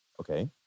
okay